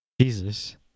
Jesus